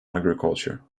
agriculture